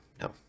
no